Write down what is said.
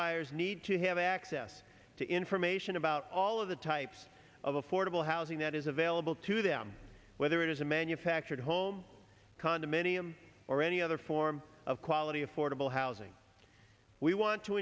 buyers need to have access to information about all of the types of affordable housing that is available to them whether it is a manufactured home condominium or any other form of quality affordable housing we want to